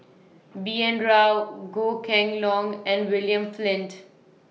B N Rao Goh Kheng Long and William Flint